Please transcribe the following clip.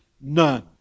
none